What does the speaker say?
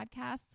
podcasts